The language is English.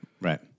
Right